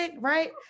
Right